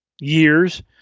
years